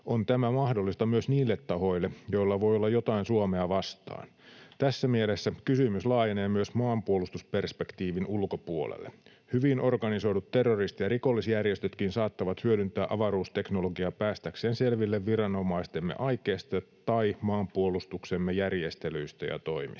on tämä mahdollista myös niille tahoille, joilla voi olla jotain Suomea vastaan. Tässä mielessä kysymys laajenee myös maanpuolustusperspektiivin ulkopuolelle. Hyvin organisoidut terroristi- ja rikollisjärjestötkin saattavat hyödyntää avaruusteknologiaa päästäkseen selville viranomaistemme aikeista tai maanpuolustuksemme järjestelyistä ja toimista.